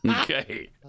Okay